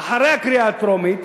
אחרי הקריאה הטרומית.